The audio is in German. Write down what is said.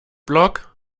block